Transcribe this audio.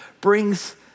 brings